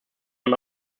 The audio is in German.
man